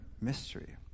mystery